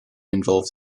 involved